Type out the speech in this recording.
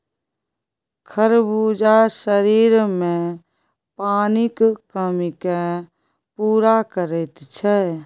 खरबूजा शरीरमे पानिक कमीकेँ पूरा करैत छै